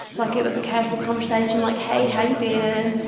like, it was a casual conversation, like hey, how you been?